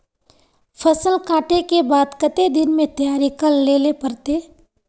फसल कांटे के बाद कते दिन में तैयारी कर लेले पड़ते?